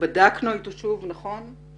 בדקנו איתו שוב נכון?